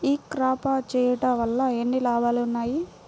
ఈ క్రాప చేయుట వల్ల ఎన్ని లాభాలు ఉన్నాయి?